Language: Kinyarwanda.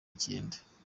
icyenda